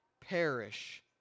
perish